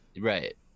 Right